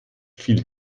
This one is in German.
fiel